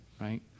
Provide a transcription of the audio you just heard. right